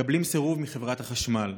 מקבלים סירוב מחברת החשמל.